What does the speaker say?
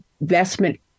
Investment